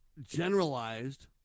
generalized